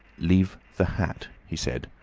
leave the hat, he said,